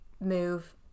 move